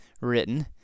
written